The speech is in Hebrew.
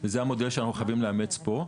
וזה המודל שאנחנו חייבים לאמץ פה.